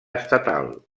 estatal